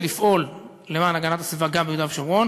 ולפעול למען הגנת הסביבה גם ביהודה ושומרון.